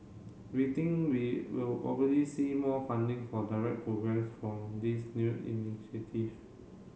we think we will probably see more funding for direct programmes from this new initiative